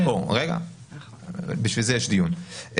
בשביל זה יש דיון.